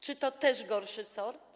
Czy to też gorszy sort?